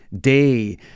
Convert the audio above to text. day